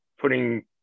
putting